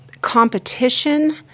competition